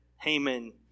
Haman